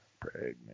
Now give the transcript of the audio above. Pregnant